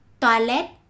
toilet